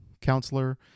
counselor